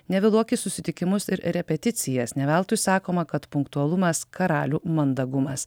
nevėluok į susitikimus ir repeticijas ne veltui sakoma kad punktualumas karalių mandagumas